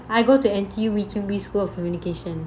I go to N_T_U wee kim wee school of communication